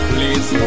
Please